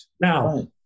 now